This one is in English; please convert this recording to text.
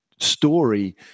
story